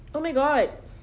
oh my god